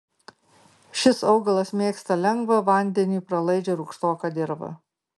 šis augalas mėgsta lengvą vandeniui pralaidžią rūgštoką dirvą